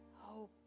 hope